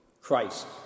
Christ